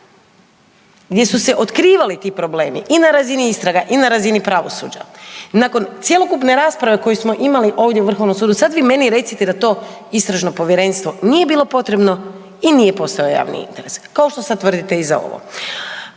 gdje su se otkrivali ti problemi i na razini istraga i na razini pravosuđa, nakon cjelokupne rasprave koji smo imali ovdje o Vrhovnom sudu sad mi meni recite da to istražno povjerenstvo nije bilo potrebno i nije postojao javni interes, kao što sad tvrdite i za ovo.